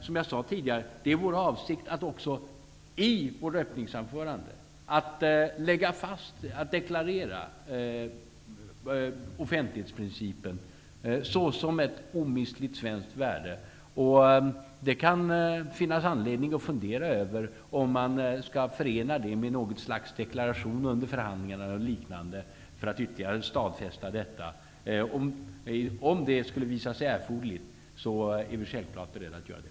Som jag sade tidigare är det vår avsikt att även i vårt öppningsanförande deklarera offentlighetsprincipen såsom ett omistligt svenskt värde. Det kan finnas anledning att fundera över om man skall förena det med något slags deklaration eller liknande under förhandlingarna för att ytterligare stadfästa detta. Om det skulle visa sig erforderligt är vi självklart beredda att göra det.